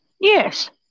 Yes